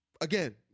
again